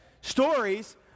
stories